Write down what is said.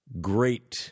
Great